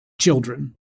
children